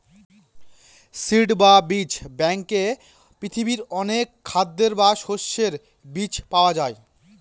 seed বা বীজ ব্যাঙ্কে পৃথিবীর অনেক খাদ্যের বা শস্যের বীজ পাওয়া যায়